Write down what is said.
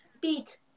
beat